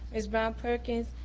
ms. brown-perkins,